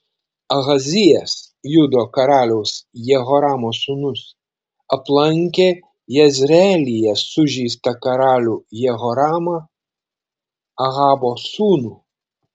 ahazijas judo karaliaus jehoramo sūnus aplankė jezreelyje sužeistą karalių jehoramą ahabo sūnų